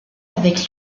avec